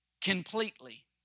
completely